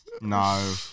No